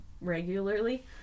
regularly